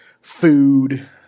food